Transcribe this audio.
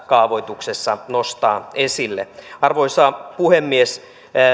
kaavoituksessa nostaa esille arvoisa puhemies